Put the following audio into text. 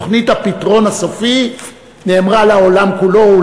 תוכנית "הפתרון הסופי" נאמרה לעולם כולו,